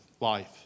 life